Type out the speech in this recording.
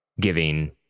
giving